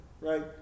right